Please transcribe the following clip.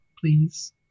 please